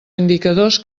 indicadors